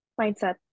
mindset